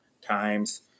times